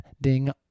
Ding